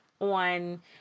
on